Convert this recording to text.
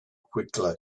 quickly